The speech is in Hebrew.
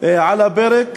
על הפרק